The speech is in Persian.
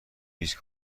هیچ